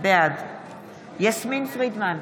בעד יסמין פרידמן,